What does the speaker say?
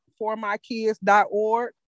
formykids.org